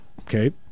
okay